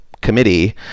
committee